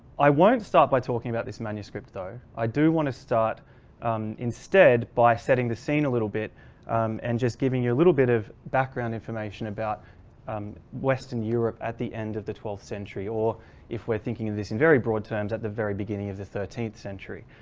i won't start by talking about this manuscript though i do want to start instead by setting the scene a little bit and just giving you a little bit of background information about um western europe at the end of the twelfth century or if we're thinking of this in very broad terms at the very beginning of the thirteenth century.